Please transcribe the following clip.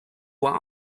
were